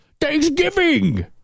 Thanksgiving